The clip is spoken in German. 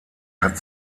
hat